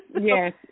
yes